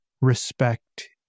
respect